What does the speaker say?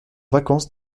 vacances